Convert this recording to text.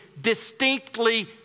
distinctly